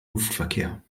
luftverkehr